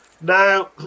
Now